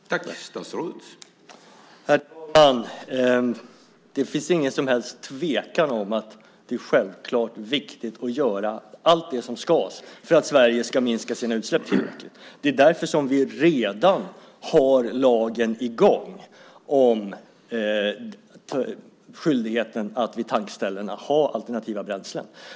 Herr talman! Det råder ingen som helst tvekan om att det självklart är viktigt att göra allt som ska göras för att Sverige ska minska sina utsläpp tillräckligt. Det är därför vi redan har lagen i gång om skyldighet att vid tankställena ha alternativa bränslen.